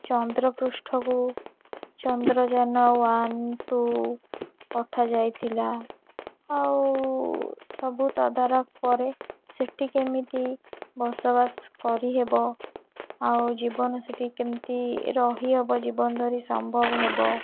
ଚନ୍ଦ୍ରପୃଷ୍ଠକୁ Chandrayaan one two ପଠାଯାଇଥିଲା ଆଉ ସବୁ ତଦାରଖ ପରେ ସେଇଠି କେମିତି ବସବାସ କରିହେବ ଆଉ ଜୀବନ ସେଇଠି କେମିତି ରହିହେବ ଜୀବନ ଧରି ସମ୍ଭବ ହେବ